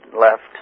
left